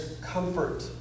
comfort